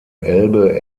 elbe